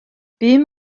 bum